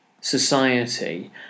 society